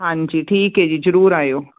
ਹਾਂਜੀ ਠੀਕ ਹੈ ਜੀ ਜਰੂਰ ਆਇਓ